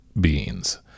beings